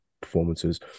performances